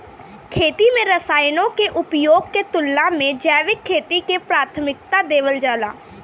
खेती में रसायनों के उपयोग के तुलना में जैविक खेती के प्राथमिकता देवल जाला